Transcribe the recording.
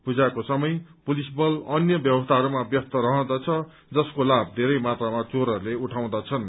पूजाको समय पुलिस बल अन्य वयवस्थाहरूमा व्यस्त रहँदछ जसको लाभ बेरै मात्रामा चोरहरूले उठाउँछन्